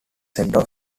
centre